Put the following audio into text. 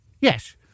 Yes